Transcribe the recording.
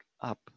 up